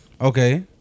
Okay